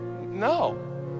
No